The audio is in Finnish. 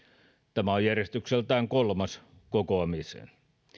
tämä on järjestykseltään kolmas kokoamiseen